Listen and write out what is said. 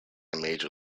major